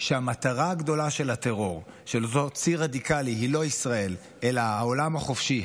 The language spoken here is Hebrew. שהמטרה הגדולה של הטרור הרדיקלי היא לא ישראל אלא העולם החופשי,